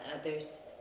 others